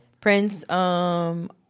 Prince